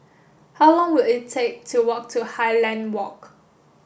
how long will it take to walk to Highland Walk